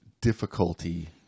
difficulty